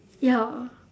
ya